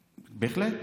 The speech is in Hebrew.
בהחלט,